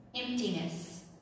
emptiness